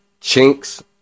Chinks